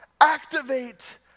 Activate